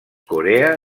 corea